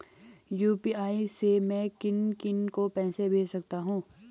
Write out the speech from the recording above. UPI से मैं किन किन को पैसे भेज सकता हूँ?